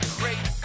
great